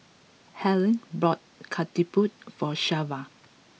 Halle bought Ketupat for Shelva